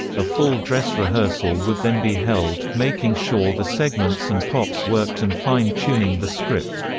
a full dress rehearsal would then be held, making sure the segments and props worked and fine tuning the script.